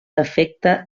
defecte